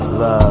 love